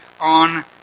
on